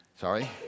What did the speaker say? Sorry